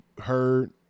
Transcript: heard